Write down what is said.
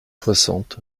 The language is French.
soixante